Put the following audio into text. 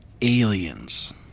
aliens